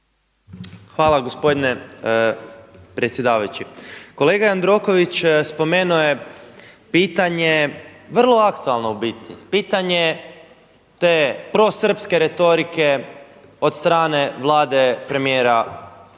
Hvala gospodine predsjedavajući. Kolega Jandroković spomenuo je pitanje vrlo aktualno u biti, pitanje te prosrpske retorike od strane Vlade premijera Vučića,